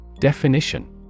Definition